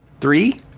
Three